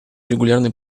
регулярной